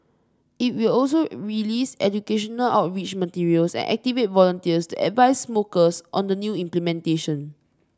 it will also release educational outreach materials and activate volunteers to advise smokers on the new implementation